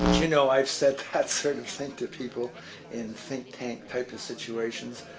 you know, i've said that sort of thing to people in think-tank type of situations,